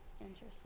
Interesting